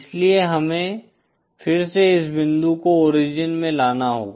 इसलिए हमें फिर से इस बिंदु को ओरिजिन में लाना होगा